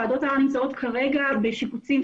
ועדות הערר נמצאות כרגע בשיפוצים,